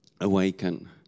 awaken